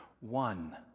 one